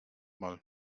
mal